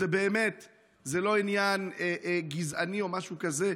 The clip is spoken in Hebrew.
באמת זה לא עניין גזעני או משהו כזה,